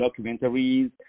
documentaries